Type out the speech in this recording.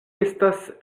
estas